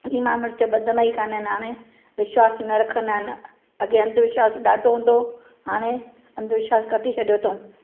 लीमा मिर्च बधंदा ई कोन आहिनि हाणे विश्वास ई न रखंदा आहिनि अॻिए अंधविश्वास ॾाढो हूंदो हुओ हाणे अंधविश्वास कटी छॾियो अथऊं